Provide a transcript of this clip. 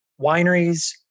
wineries